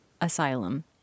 asylum